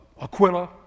Aquila